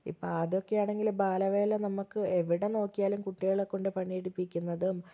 ഇപ്പോൾ ആതൊക്കെയാണെങ്കിലും ബാലവേല നമുക്ക് എവിടെ നോക്കിയാലും കുട്ടികളെ കൊണ്ട് പണിയെടുപ്പിക്കുന്നതും